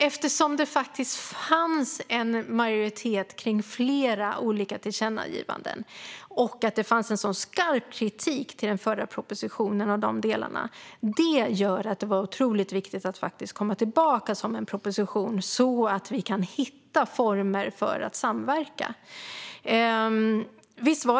Eftersom det faktiskt fanns en majoritet för flera olika tillkännagivanden och en skarp kritik mot den förra propositionen tycker jag att det var otroligt viktigt att komma tillbaka med en proposition så att vi kan hitta former för att samverka.